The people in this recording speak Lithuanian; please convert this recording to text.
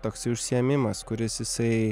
toksai užsiėmimas kuris jisai